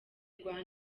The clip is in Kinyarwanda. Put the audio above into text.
rwa